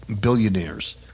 billionaires